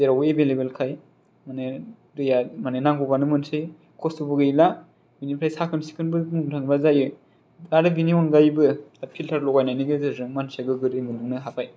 जेरावबो एबेलएबेल खाय माने दैया माने नांगौबानो मोनसै खसथ'बो गैला बेनिफ्राय साखोन सिखोनबो बुंनो थाङोब्ला जायो आरो बिनि आनगायैबो फिल्थार लगायनायनि गेजेरजों मानसिया गोगो दै मोनलोंनो हाबाय